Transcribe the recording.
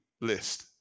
list